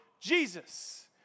Jesus